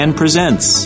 presents